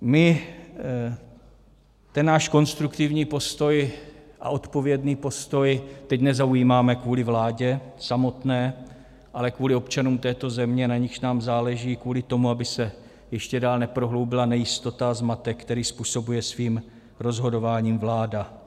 My ten náš konstruktivní postoj a odpovědný postoj teď nezaujímáme kvůli vládě samotné, ale kvůli občanům této země, na nichž nám záleží kvůli tomu, aby se ještě dál neprohloubila nejistota a zmatek, který způsobuje svým rozhodováním vláda.